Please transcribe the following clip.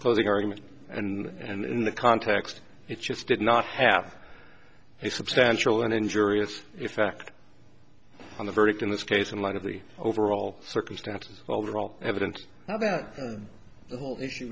closing argument and in the context it just did not have a substantial and injurious effect on the verdict in this case in light of the overall circumstances overall evidence now that the whole i